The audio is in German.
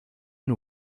nur